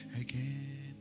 again